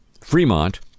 Fremont